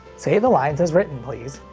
say the lines as written, please.